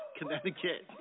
Connecticut